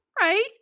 Right